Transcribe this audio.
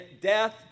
death